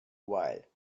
while